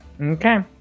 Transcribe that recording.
Okay